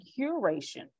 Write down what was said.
curation